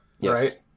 Yes